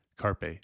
carpe